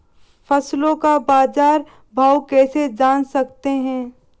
फसलों का बाज़ार भाव कैसे जान सकते हैं?